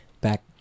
Back